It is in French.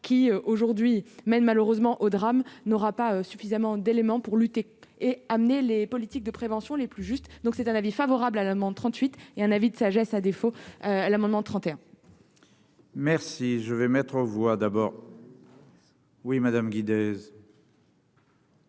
qui, aujourd'hui, mais malheureusement au drame n'aura pas suffisamment d'éléments pour lutter et amener les politiques de prévention les plus justes, donc c'est un avis favorable à l'amant 38 et un avis de sagesse, à défaut, la maman 31. Merci, je vais mettre aux voix d'abord. Oui, madame.